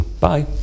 bye